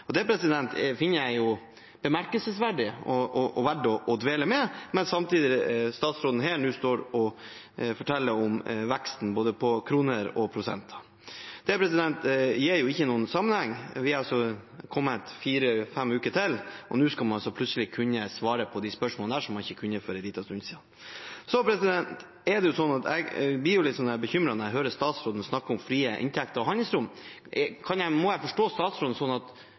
Det finner jeg bemerkelsesverdig og verdt å dvele ved. Samtidig står denne statsråden her og forteller om veksten både i kroner og i prosenter. Det er ikke noen sammenheng i det. Nå har det gått fire–fem uker, og nå skal man plutselig kunne svare på de spørsmålene som man ikke kunne for en liten stund siden. Jeg blir litt bekymret når jeg hører statsråden snakke om frie inntekter og handlingsrom. Kan jeg forstå statsråden sånn at